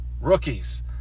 rookies